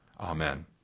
Amen